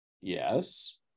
Yes